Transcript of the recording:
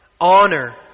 honor